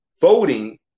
voting